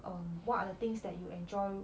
um what are the things that you enjoy